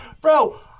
Bro